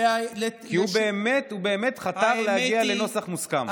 כי הוא באמת חתר להגיע לנוסח מוסכם.